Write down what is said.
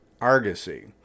Argosy